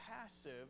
passive